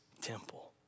temple